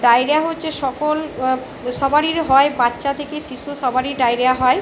diarrhoea হচ্ছে সকল সবারির হয় বাচ্চা থেকে শিশু সবারই ডাইরিয়া হয়